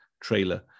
trailer